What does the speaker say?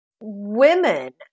women